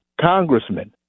congressman